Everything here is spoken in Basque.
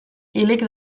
hilik